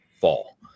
fall